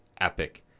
epic